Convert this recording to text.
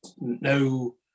no